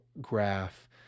graph